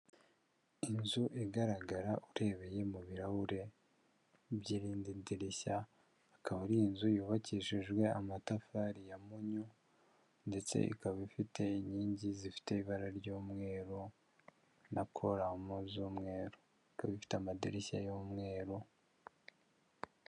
Inzu igaragara urebeye mu birahure by'irindi ndirishya akaba ari inzu yubakishijwe amatafari ya munyo ndetse ikaba ifite inkingi zifite ibara ry'umweru na koramo z'umweru ikaba ifite amadirishya y'umweru.